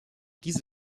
diese